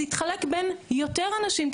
זה יתחלק בין יותר אנשים.